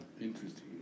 Interesting